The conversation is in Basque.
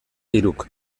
hiruk